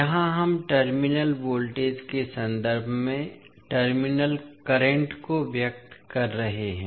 यहां हम terminal voltage के संदर्भ में टर्मिनल करंट को व्यक्त कर रहे हैं